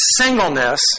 singleness